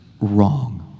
wrong